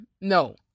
no